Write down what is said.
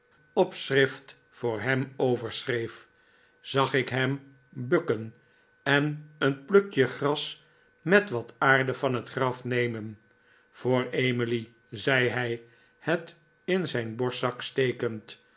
opschrift voor hem overschreef zag ik hem bukken en een plukje gras met wat aarde van het graf nemen voor emily zei hij het in zijn borstzak stekend